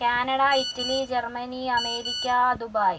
Canada Italy Germany America Dubai